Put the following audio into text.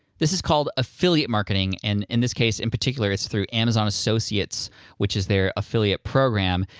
this is called affiliate marketing, and in this case in particular, it's through amazon associates which is their affiliate program.